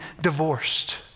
divorced